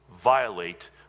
violate